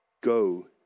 Go